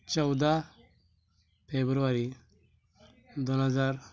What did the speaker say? चौदा फेब्रुवारी दोन हजार